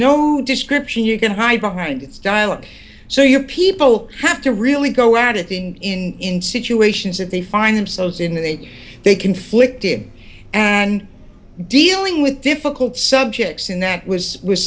no description you can hide behind that style and so your people have to really go out a thing in in situations that they find themselves in the way they conflicted and dealing with difficult subjects and that was